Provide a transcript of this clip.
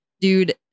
Dude